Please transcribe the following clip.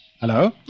Hello